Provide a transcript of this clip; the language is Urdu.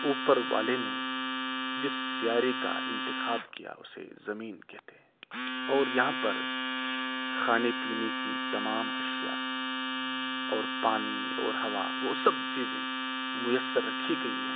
اوپر والے نے جس سیارے کا انتخاب کیا اسے زمین کہتے ہیں اور یہاں پر خانے پینے کی تمام اشیاء اور پانی اور ہوا وہ سب چیزیں میسر رکھی گئی ہیں